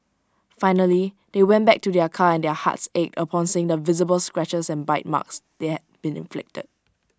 finally they went back to their car and their hearts ached upon seeing the visible scratches and bite marks that been inflicted